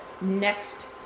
next